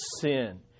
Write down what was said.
sin